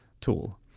tool